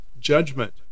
judgment